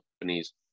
companies